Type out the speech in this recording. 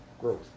growth